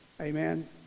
Amen